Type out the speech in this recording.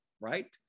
right